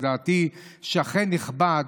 דעתי: שכן נכבד,